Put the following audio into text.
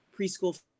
preschool